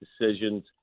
decisions